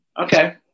Okay